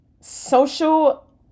Social